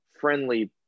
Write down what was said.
friendly